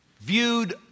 viewed